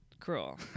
Cruel